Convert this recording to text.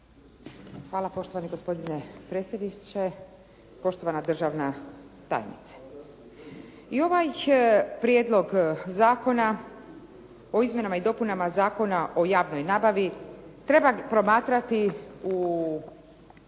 Hvala poštovani gospodine predsjedniče, poštovana državna tajnice. I ovaj Prijedlog Zakona o izmjenama i dopunama Zakona o javnoj nabavi treba promatrati u svijetlu